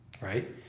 right